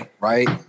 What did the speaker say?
right